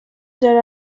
there